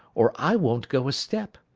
or i won't go a step.